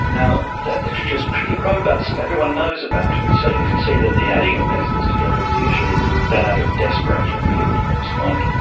now, that literature's pretty robust everyone knows about it so you can see that the adding of medicines together is usually done out of desperation when people don't respond.